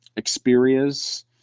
Xperia's